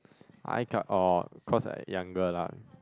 I got all cause I younger lah